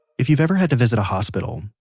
if you've ever had to visit a hospital,